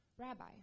Rabbi